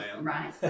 right